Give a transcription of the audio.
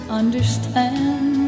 understand